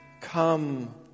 come